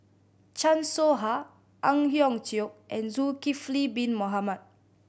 Chan Soh Ha Ang Hiong Chiok and Zulkifli Bin Mohamed